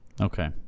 Okay